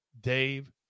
Dave